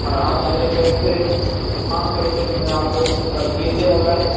اور آپ میرے پیسے پانچ سو روپے جو میں نے آپ کو کل کیے تھے آن لائن